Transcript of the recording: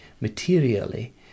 materially